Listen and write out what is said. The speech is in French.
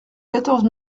quatorze